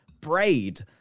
Braid